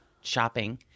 shopping